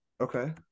okay